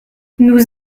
nous